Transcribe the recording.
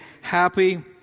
happy